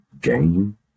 game